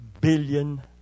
billion